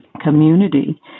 community